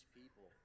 people